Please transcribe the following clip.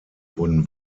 wurden